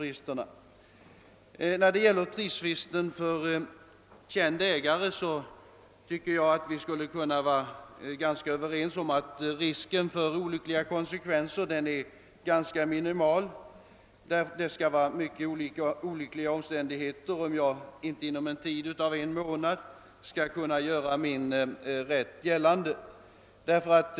Beträffande tidsfristen för känd ägare tycker jag att vi skulle kunna vara ganska överens om att risken för olyckliga konsekvenser är minimal —omständigheterna måste vara mycket ogynnsamma om jag inte inom en månad kan göra min rätt gällande.